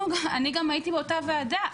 אני גם הייתי באותה ועדה.